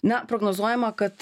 na prognozuojama kad